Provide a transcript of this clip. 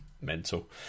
Mental